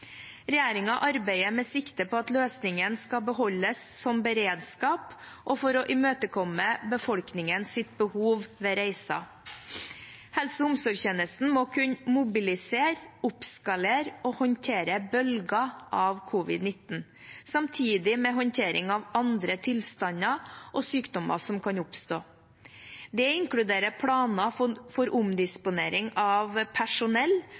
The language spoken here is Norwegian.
arbeider med sikte på at løsningen skal beholdes som beredskap og for å imøtekomme befolkningens behov ved reiser. Helse- og omsorgstjenesten må kunne mobilisere, oppskalere og håndtere bølger av covid-19, samtidig med håndtering av andre tilstander og sykdommer som kan oppstå. Det inkluderer planer for omdisponering av personell,